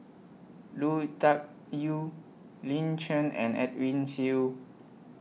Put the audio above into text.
Lui Tuck Yew Lin Chen and Edwin Siew